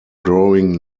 growing